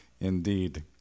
Indeed